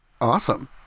Awesome